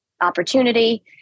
opportunity